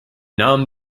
namen